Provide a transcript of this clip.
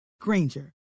Granger